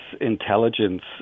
intelligence